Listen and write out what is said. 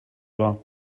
war